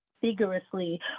vigorously